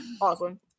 Awesome